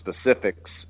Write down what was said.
specifics